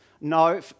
No